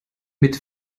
mit